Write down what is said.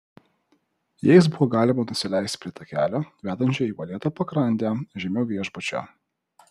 jais buvo galima nusileisti prie takelio vedančio į uolėtą pakrantę žemiau viešbučio